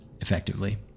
effectively